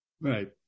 Right